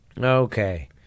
Okay